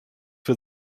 für